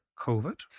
COVID